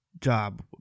job